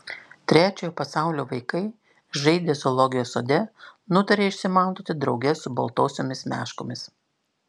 trečiojo pasaulio vaikai žaidę zoologijos sode nutarė išsimaudyti drauge su baltosiomis meškomis